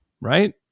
right